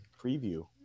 preview